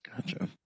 Gotcha